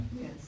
Yes